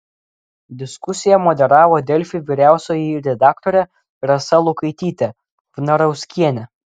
diskusiją moderavo delfi vyriausioji redaktorė rasa lukaitytė vnarauskienė